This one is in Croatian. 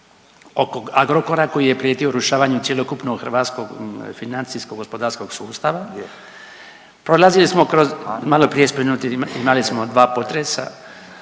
oko Agrokora koji je prijetio urušavanjem cjelokupnog hrvatskog financijsko gospodarskog sustava, prolazili smo kroz maloprije spomenuti imali smo 2 potresa,